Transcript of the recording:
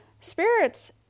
spirits